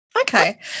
Okay